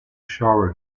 shower